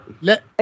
let